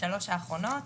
שלוש האחרונות,